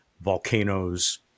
volcanoes